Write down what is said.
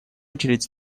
очередь